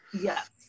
Yes